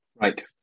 Right